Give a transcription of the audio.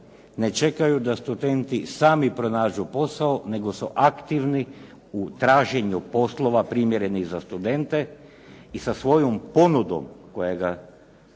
ne čekaju da studenti sami pronađu posao, nego su aktivni u traženju poslova primjerenih za studente i sa svojom ponudom kojega su